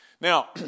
Now